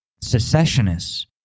secessionists